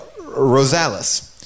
Rosales